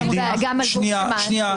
--- שנייה.